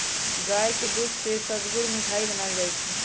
गाय के दूध से सुअदगर मिठाइ बनाएल जाइ छइ